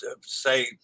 say